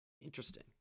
Interesting